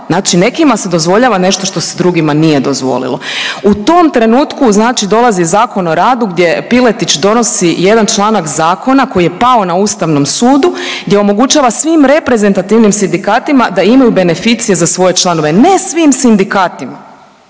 Znači nekima se dozvoljava nešto što se drugima nije dozvolilo. U tom trenutku znači dolazi Zakon o radu gdje Piletić donosi jedan članak zakona koji je pao na Ustavnom sudu gdje omogućava svim reprezentativnim sindikatima da imaju beneficije za svoje članove, ne svim sindikatima